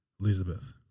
Elizabeth